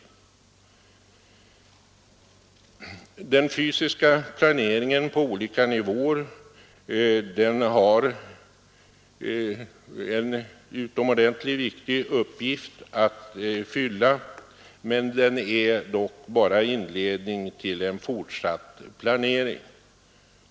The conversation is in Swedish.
Den fysiska planeringen på olika nivåer har en utomordentligt viktig uppgift att fylla, men den är dock bara inledningen till en fortsatt planering.